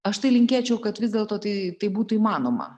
aš tai linkėčiau kad vis dėlto tai tai būtų įmanoma